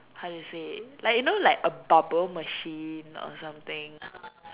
how do you say like you know like a bubble machine or something